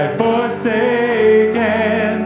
forsaken